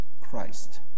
Christ